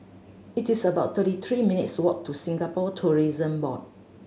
it's about thirty three minutes' walk to Singapore Tourism Board